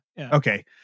Okay